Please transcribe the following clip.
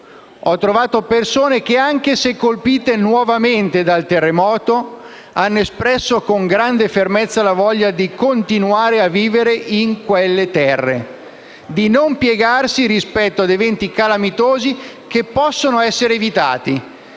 Ho trovato persone che, anche se colpite nuovamente dal terremoto, hanno espresso con grande fermezza la voglia di continuare a vivere in quelle terre, di non piegarsi rispetto ad eventi calamitosi che possono essere evitati,